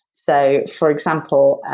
so for example,